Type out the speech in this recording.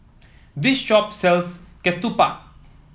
this shop sells Ketupat